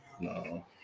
No